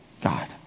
God